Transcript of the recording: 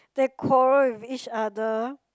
they quarrel with each other